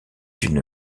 d’une